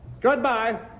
Goodbye